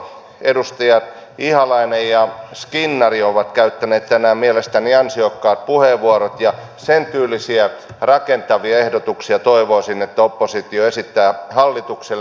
edustajat ihalainen ja skinnari ovat käyttäneet tänään mielestäni ansiokkaat puheenvuorot ja sentyylisiä rakentavia ehdotuksia toivoisin opposition esittävän hallitukselle